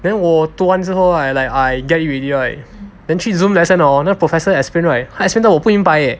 then 我读完之后 lah like I get it already right then 去 Zoom lesson hor 那个 professor explain right explain 到我不明白 leh